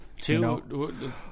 Two